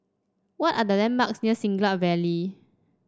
what are the landmarks near Siglap Valley